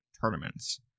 tournaments